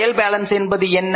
trial balance என்பது என்ன